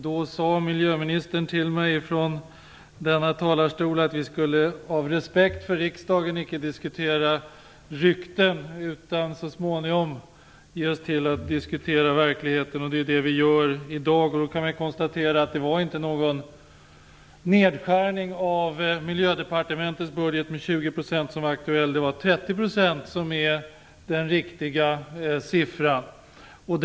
Då sade miljöministern till mig från denna talarstol att vi av respekt för riksdagen icke skulle diskutera rykten utan så småningom diskutera verkligheten. Det är det vi gör i dag. Vi kan konstatera att det inte var någon nedskärning av Miljödepartementets budget med 20 % som var aktuell. Den riktiga siffran är 30 %.